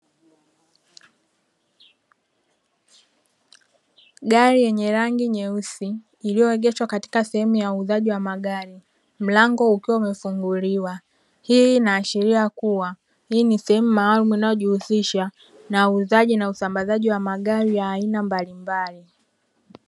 Gari yenye rangi nyeusi iliyoegeshwa katika sehemu ya uuzaji wa magari, mlango ukiwa umefunguliwa hii inaashiria kuwa hii ni sehemu inayojihusisha na uuzaji na usambazaji wa magari ya aina mbalimbali.